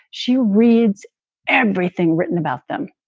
she reads everything written about them.